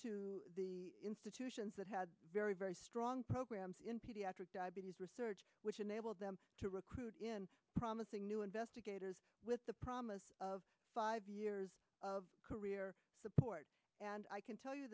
to the institutions that had very very strong programs in pediatric diabetes research which enabled them to recruit in promising new investigators with the promise of five years of career support and i can tell you